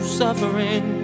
suffering